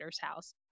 house